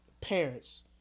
parents